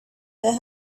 that